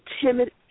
timid